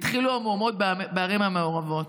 והתחילו המאורעות בערים המעורבות.